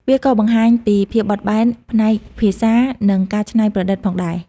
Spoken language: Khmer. វាក៏បង្ហាញពីភាពបត់បែនផ្នែកភាសា និងការច្នៃប្រឌិតផងដែរ។